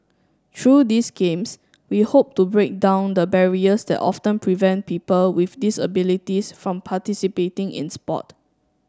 through these Games we hope to break down the barriers that often prevent people with disabilities from participating in sport